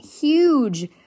huge